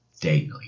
daily